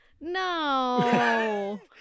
No